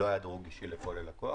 לא היה דירוג אישי לכל לקוח.